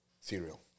cereal